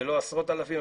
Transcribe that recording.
ולא עשרות אלפים,